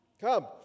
Come